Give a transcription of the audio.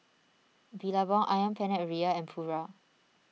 Billabong Ayam Penyet Ria and Pura